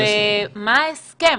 ומה ההסכם?